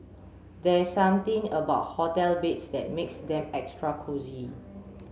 there's something about hotel beds that makes them extra cosy